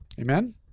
Amen